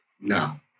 now